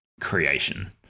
Creation